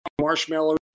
Marshmallow